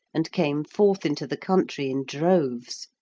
and came forth into the country in droves.